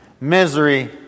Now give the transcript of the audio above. Misery